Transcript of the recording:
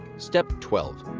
step twelve.